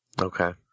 Okay